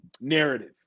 narrative